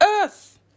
earth